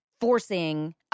forcing